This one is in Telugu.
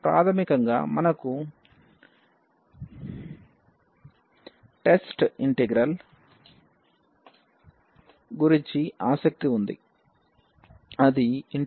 కాబట్టి ప్రాథమికంగా మనకు టెస్ట్ ఇంటిగ్రల్ గురించి ఆసక్తి ఉంది అది a1xpdx